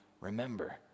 remember